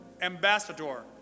ambassador